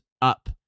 up